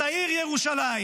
אז העיר ירושלים,